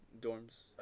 dorms